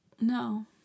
No